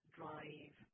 drive